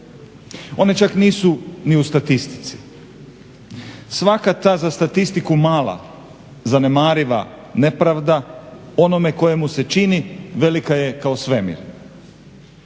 One čak nisu ni u statistici. Svaka ta za statistiku mala, zanemariva nepravda onome kojemu se čini velika je kao svemir.